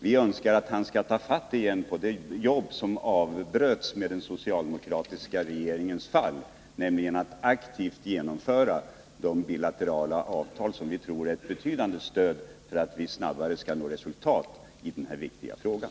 Vi önskar att han skall återuppta det jobb som avbröts med den socialdemokratiska regeringens fall — nämligen att aktivt verka för genomförande av de bilaterala avtal som vi tror är ett betydande stöd när det gäller att snabbare nå resultat i den här viktiga frågan.